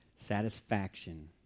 Satisfaction